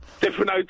Different